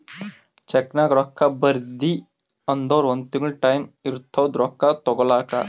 ಚೆಕ್ನಾಗ್ ರೊಕ್ಕಾ ಬರ್ದಿ ಅಂದುರ್ ಒಂದ್ ತಿಂಗುಳ ಟೈಂ ಇರ್ತುದ್ ರೊಕ್ಕಾ ತಗೋಲಾಕ